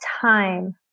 time